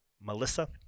Melissa